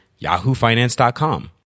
yahoofinance.com